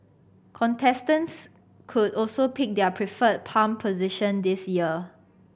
contestants could also pick their preferred palm position this year